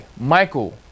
Michael